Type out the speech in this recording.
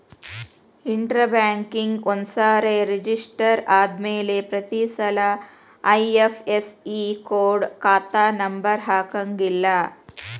intra ಬ್ಯಾಂಕ್ನ್ಯಾಗ ಒಂದ್ಸರೆ register ಆದ್ಮ್ಯಾಲೆ ಪ್ರತಿಸಲ ಐ.ಎಫ್.ಎಸ್.ಇ ಕೊಡ ಖಾತಾ ನಂಬರ ಹಾಕಂಗಿಲ್ಲಾ